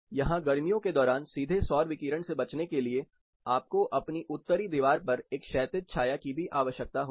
यहां गर्मियों के दौरान सीधे सौर विकिरण से बचने के लिए आपको अपनी उत्तरी दीवार पर एक क्षैतिज छाया की भी आवश्यकता होगी